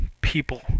people